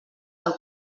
del